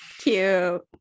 Cute